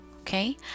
Okay